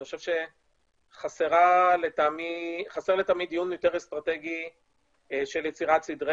אני חושב שחסר לטעמי דיון יותר אסטרטגי של יצירת סדרי